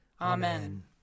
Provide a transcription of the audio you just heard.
Amen